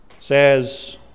says